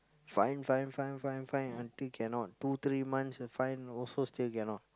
find find find find find until cannot two three months find also still cannot